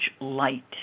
light